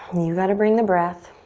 you gotta bring the breath.